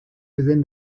within